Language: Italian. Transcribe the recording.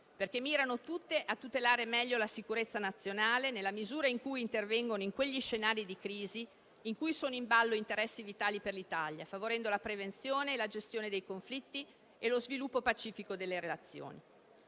perché mirano tutte a tutelare meglio la sicurezza nazionale nella misura in cui intervengono in quegli scenari di crisi in cui sono in ballo interessi vitali per l'Italia, favorendo la prevenzione e la gestione dei conflitti e lo sviluppo pacifico delle relazioni;